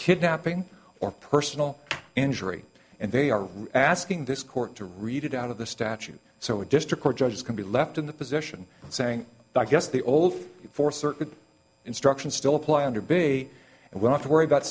kidnapping or personal injury and they are asking this court to read it out of the statute so a district court judges can be left in the position of saying i guess the old for certain instructions still apply under big a and we have to worry about